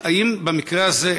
במקרה הזה,